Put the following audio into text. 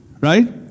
Right